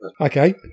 Okay